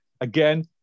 again